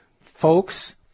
Folks